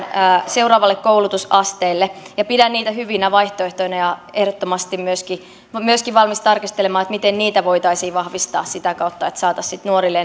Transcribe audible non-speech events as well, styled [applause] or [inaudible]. seuraavalle koulutusasteelle pidän niitä hyvinä vaihtoehtoina ja ehdottomasti myöskin olen valmis tarkistelemaan miten niitä voitaisiin vahvistaa sitä kautta että saataisiin nuorille [unintelligible]